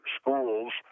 schools